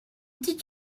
did